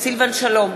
סילבן שלום,